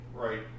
Right